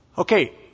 Okay